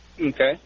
Okay